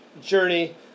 journey